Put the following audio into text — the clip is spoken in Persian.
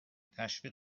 تشویق